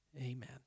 Amen